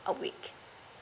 a week